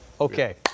Okay